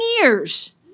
years